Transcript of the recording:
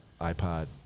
iPod